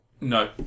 No